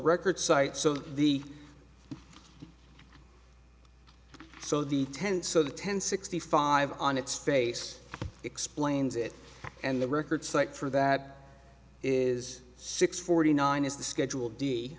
record site so that the so the ten so the ten sixty five on its face explains it and the record site for that is six forty nine is the schedule d